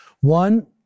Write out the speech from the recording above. One